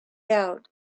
out